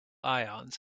ions